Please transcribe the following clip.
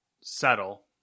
settle